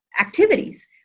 activities